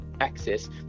access